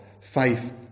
faith